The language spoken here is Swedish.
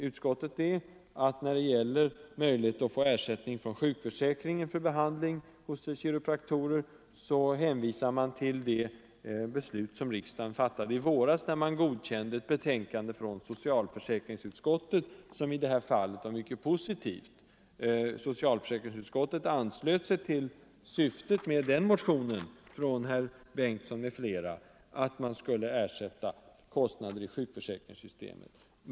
Utskottet hänvisar, beträffande möjligheterna att få ersättning från sjukförsäkringen för behandling hos kiropraktorer, till det beslut som riksdagen fattade i våras. Då godkändes ett betänkande från socialförsäkringsutskottet, som i det här fallet var mycket positivt. Socialförsäkringsutskottet anslöt sig till syftet med en motion av herr Bengtsson m.fl., att man skulle få ersättning för sådana kostnader i sjukförsäkringssystemet.